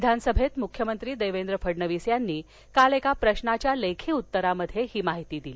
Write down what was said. विधानसभेत मुख्यमंत्री देवेंद्र फडणवीस यांनी काल एका प्रश्नाच्या लेखी उत्तरात ही माहिती दिली